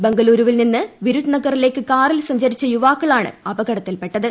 ബംഗളുരുവിൽ നിന്ന് വിരുദ് നഗറിലേക്ക് കാറിൽ സഞ്ചരിച്ച യുവാക്കളാണ് അപകടത്തിൽപ്പെട്ടത്